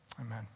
Amen